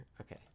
Okay